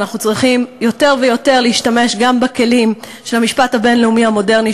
אנחנו צריכים יותר ויותר להשתמש גם בכלים של המשפט הבין-לאומי המודרני,